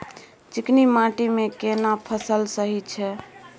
चिकनी माटी मे केना फसल सही छै?